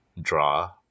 draw